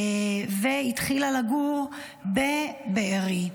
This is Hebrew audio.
היא התחילה לגור בבארי.